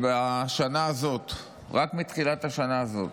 רק מתחילת השנה הזאת,